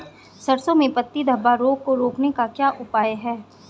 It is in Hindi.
सरसों में पत्ती धब्बा रोग को रोकने का क्या उपाय है?